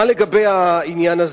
מה לגבי העניין הזה?